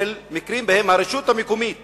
ממקרים שבהם הרשות המקומית